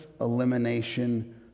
Elimination